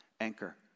anchor